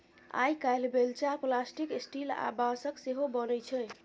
आइ काल्हि बेलचा plastic, steel आ बाँसक सेहो बनै छै